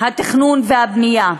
"התכנון והבנייה".